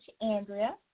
Andrea